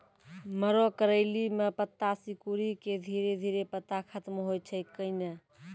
मरो करैली म पत्ता सिकुड़ी के धीरे धीरे पत्ता खत्म होय छै कैनै?